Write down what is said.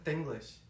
English